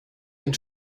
den